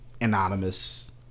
anonymous